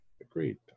Agreed